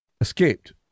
escaped